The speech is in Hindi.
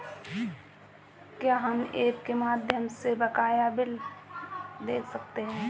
क्या हम ऐप के माध्यम से बकाया बिल देख सकते हैं?